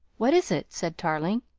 what is it? said tarling.